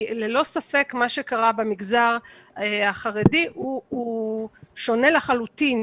כי ללא ספק מה שקרה במגזר החרדי שונה לחלוטין,